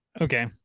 Okay